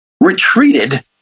retreated